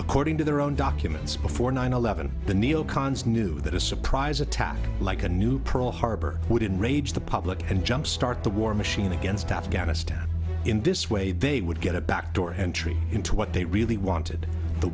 according to their own documents before nine eleven the neo cons knew that a surprise attack like a new pearl harbor would in rage the public and jump start the war machine against afghanistan in this way they would get a backdoor entry into what they really wanted the